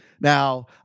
Now